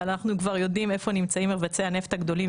אבל אנחנו כבר יודעים איפה נמצאים מרבצי הנפט הגדולים,